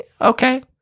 okay